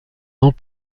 ans